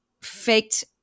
faked